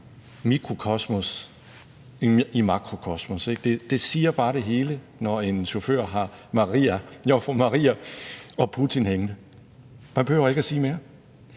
mikrokosmos i makrokosmos, ikke? Det siger bare det hele, når en chauffør har Jomfru Maria og Putin hængende. Man behøver ikke at sige mere.